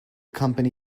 company